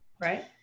right